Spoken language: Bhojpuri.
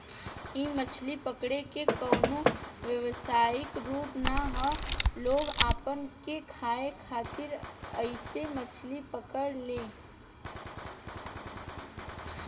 इ मछली पकड़े के कवनो व्यवसायिक रूप ना ह लोग अपना के खाए खातिर ऐइसे मछली पकड़े ले